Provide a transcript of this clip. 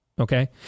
Okay